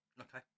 Okay